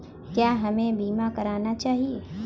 क्या हमें बीमा करना चाहिए?